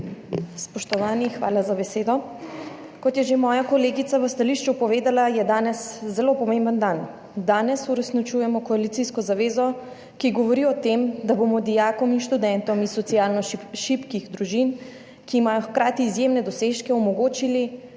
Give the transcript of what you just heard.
Spoštovani, hvala za besedo. Kot je že moja kolegica v stališču povedala, je danes zelo pomemben dan. Danes uresničujemo koalicijsko zavezo, ki govori o tem, da bomo dijakom in študentom iz socialno šibkih družin, ki imajo hkrati izjemne dosežke, omogočili